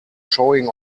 showing